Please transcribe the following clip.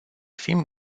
fim